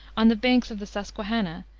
on the banks of the susquehannah,